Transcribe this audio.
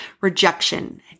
rejection